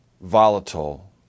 volatile